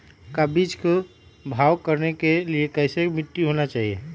का बीज को भाव करने के लिए कैसा मिट्टी होना चाहिए?